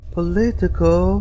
Political